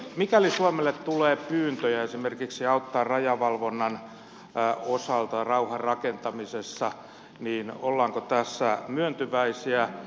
mikäli suomelle tulee pyyntöjä esimerkiksi auttaa rajavalvonnan osalta rauhan rakentamisessa niin ollaanko tässä myöntyväisiä